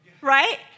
Right